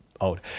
old